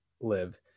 live